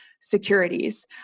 securities